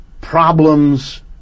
problems